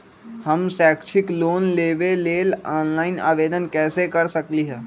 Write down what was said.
हम शैक्षिक लोन लेबे लेल ऑनलाइन आवेदन कैसे कर सकली ह?